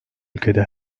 ülkede